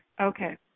Okay